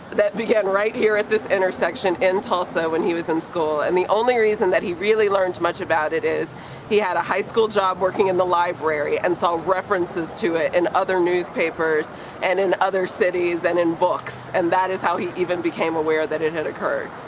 that began right here at this intersection in tulsa when he was in school. and the only reason that he really learned much about it is he had a high school job working in the library and saw references to it in other newspapers and in other cities and in books. and that is how he even became aware that it had occurred.